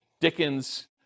Dickens